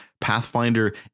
Pathfinder